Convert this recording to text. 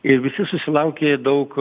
ir visi susilaukė daug